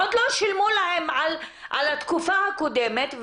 עוד לא שילמו להן על התקופה הקודמת,